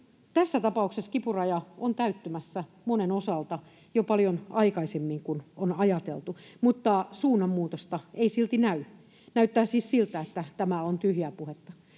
Tässä tapauksessa kipuraja on täyttymässä monen osalta jo paljon aikaisemmin kuin on ajateltu, mutta suunnanmuutosta ei silti näy. Näyttää siis siltä, että tämä on tyhjää puhetta.